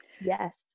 yes